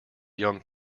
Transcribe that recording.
young